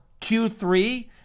Q3